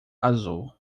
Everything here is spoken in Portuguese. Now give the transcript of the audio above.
azul